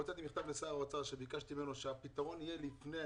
הוצאתי מכתב לשר האוצר וביקשתי ממנו שהפתרון יהיה לפני.